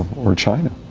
or china.